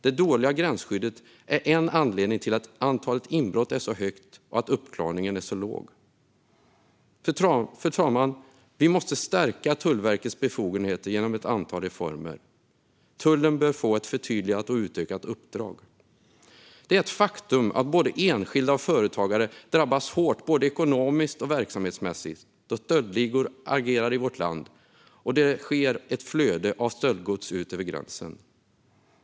Det dåliga gränsskyddet är en anledning till att antalet inbrott är så högt och att uppklaringen är så låg. Fru talman! Vi måste stärka Tullverkets befogenheter med hjälp av ett antal reformer. Tullen bör få ett förtydligat och utökat uppdrag. Det är ett faktum att både enskilda och företagare drabbas hårt både ekonomiskt och verksamhetsmässigt då stöldligor agerar i vårt land och det råder ett flöde av stöldgods ut över gränserna.